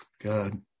God